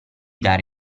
dare